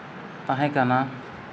ᱛᱟᱦᱮᱸ ᱠᱟᱱᱟ